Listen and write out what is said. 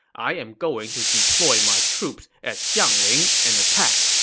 i'm going to deploy my troops at xiangling and attack.